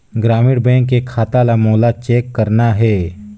ग्रामीण बैंक के खाता ला मोला चेक करना हे?